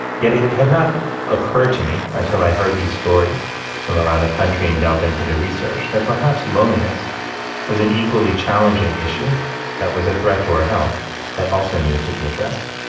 yet it it had not occurred to me until i heard these stories from around the country and delved into the research that perhaps loneliness was an equally challenging issue that was a threat to our health that also needed to be addressed